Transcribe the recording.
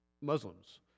Muslims